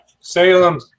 Salem